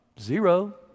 Zero